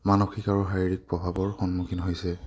মানসিক আৰু শাৰীৰিক প্ৰভাৱৰ সন্মুখীন হৈছে